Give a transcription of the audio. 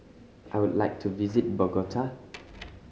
I would like to visit Bogota